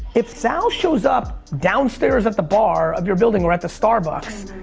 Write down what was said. if sal shows up downstairs at the bar of your building or at the starbucks.